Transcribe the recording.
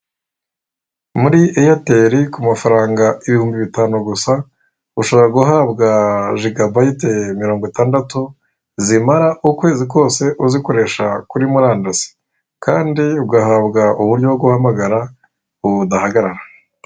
Muri eyateri ku mafaranga ibihumbi bitanu gusa ushobora guhabwa jigabayiti mirongo itandatu zimara ukwezi kose uzikoresha kuri murandasi kandi ugahabwa uburyo bwo guhamagara budahagarara.